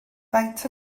faint